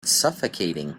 suffocating